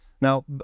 Now